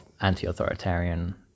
anti-authoritarian